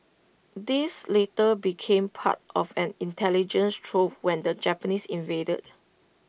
these later became part of an intelligence trove when the Japanese invaded